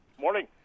Morning